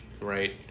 right